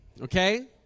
Okay